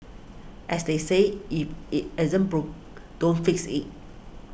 as they say if it ain't broke don't fix it